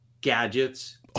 gadgets